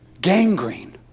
Gangrene